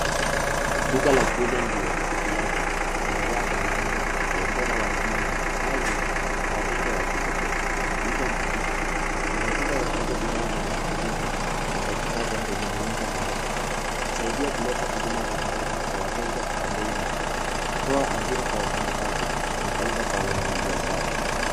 Duka la kuuza nguo, viatu na bidhaa za mitindo kwa ubora wa juu na mara nyingi kwa wateja wa kipekee huitwa botiki. Ina sifa za kuuza bidhaa zenye ubunifu na za kisasa zenye muundo maarufu, husaidia kuleta huduma za karibu kwa wateja kwa bei nafuu. Hutoa ajira kwa wafanyikazi na faida kwa wenye biashara.